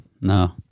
No